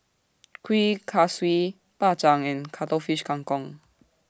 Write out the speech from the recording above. Kuih Kaswi Bak Chang and Cuttlefish Kang Kong